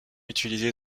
utilisé